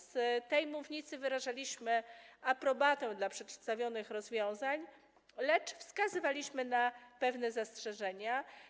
Z tej mównicy wyrażaliśmy aprobatę dla przedstawionych rozwiązań, lecz wskazywaliśmy na pewne zastrzeżenia.